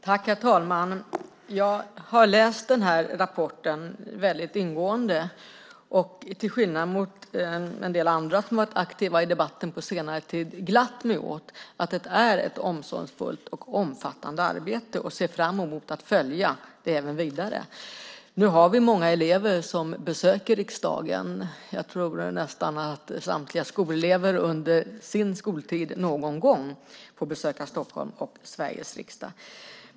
Herr talman! Jag har läst den här rapporten väldigt ingående och till skillnad från en del andra som har varit aktiva i debatten på senare tid glatt mig åt att det är ett omsorgsfullt och omfattande arbete. Jag ser fram emot att följa det vidare. Vi har många elever som besöker riksdagen. Jag tror nästan att samtliga skolelever under sin skoltid någon gång får besöka Stockholm och Sveriges riksdag.